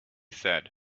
said